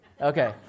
Okay